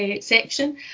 section